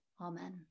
Amen